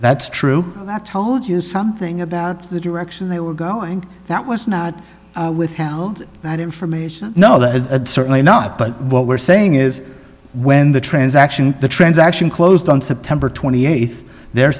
that's true have told you something about the direction they were going that was not withheld that information know that certainly not but what we're saying is when the transaction the transaction closed on september twenty eighth they're